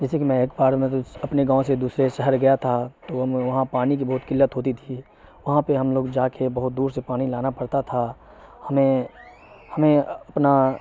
جیسے کہ میں ایک بار میں اپنے گاؤں سے دوسرے شہر گیا تھا تو ہم وہاں پانی کی بہت قلت ہوتی تھی وہاں پہ ہم لوگ جا کے بہت دور سے پانی لانا پڑتا تھا ہمیں ہمیں اپنا